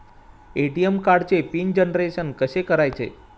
ATM कार्डचे PIN generation कसे करायचे?